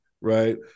right